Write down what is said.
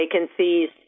vacancies